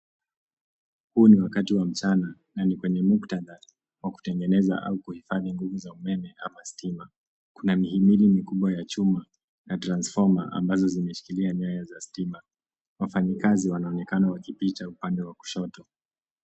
Huu ni wakati wa mchana, na ni kwenye muktadha, wa kutengeneza au kuhifadhi nguvu za umeme ama stima. Kuna mihimili mikubwa ya chuma, na transfoma, ambazo zimeshikilia nyaya za stima. Wafanyakazi wanaonekana wakipita upande wa kushoto.